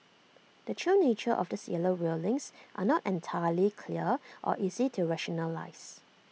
the true nature of these yellow railings are not entirely clear or easy to rationalise